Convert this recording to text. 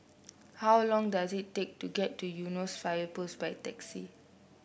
how long does it take to get to Eunos Fire Post by taxi